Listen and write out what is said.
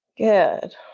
Good